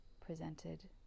presented